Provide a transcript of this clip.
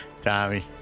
Tommy